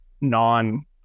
non